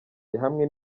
yahamwe